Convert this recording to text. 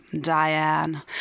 Diane